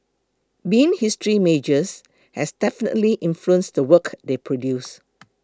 being history majors has definitely influenced the work they produce